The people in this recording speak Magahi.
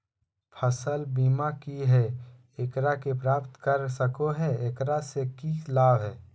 फसल बीमा की है, एकरा के प्राप्त कर सको है, एकरा से की लाभ है?